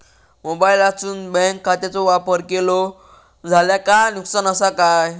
मोबाईलातसून बँक खात्याचो वापर केलो जाल्या काय नुकसान असा काय?